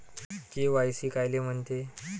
KYC कायले म्हनते?